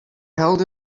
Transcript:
held